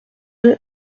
deux